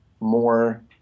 more –